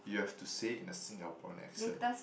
you have to say in a Singaporean accent